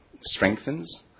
strengthens